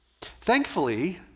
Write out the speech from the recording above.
Thankfully